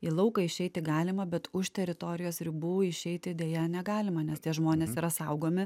į lauką išeiti galima bet už teritorijos ribų išeiti deja negalima nes tie žmonės yra saugomi